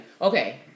Okay